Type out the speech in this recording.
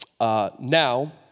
Now